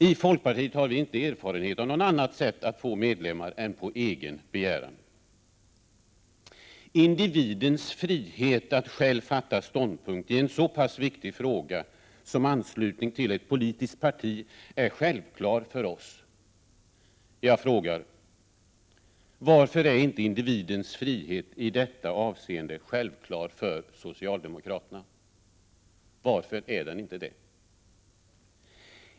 I folkpartiet har vi inte erfarenhet av något annat sätt att få medlemmar än på deras egen begäran. Individens frihet att själv fatta beslut i en så pass viktig fråga som anslutning till ett politiskt parti är självklar för oss. Jag frågar: Varför är inte individens frihet i detta avseende självklar för socialdemokraterna?